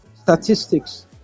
statistics